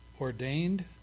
ordained